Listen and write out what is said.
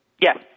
Yes